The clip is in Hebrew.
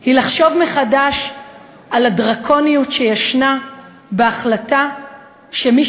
היא לחשוב מחדש על הדרקוניות שיש בהחלטה שמי